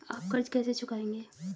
आप कर्ज कैसे चुकाएंगे?